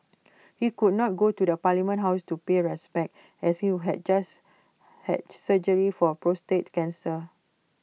he could not go to the parliament house to pay respects as he would had just had surgery for prostate cancer